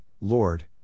Lord